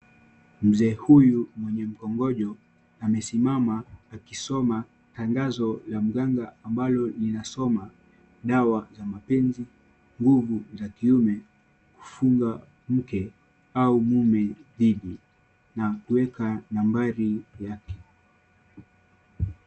Mzee huyu mwenye mkongojo amesimama akisoma tangazo la mganga ambalo linasoma, Dawa za mapenzi, nguvu za kiume, kufunga mke au mume dhidi na kuweka nambari yake.